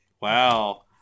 Wow